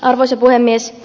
arvoisa puhemies